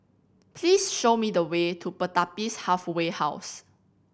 please show me the way to Pertapis Halfway House